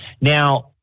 Now